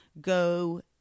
go